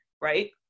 right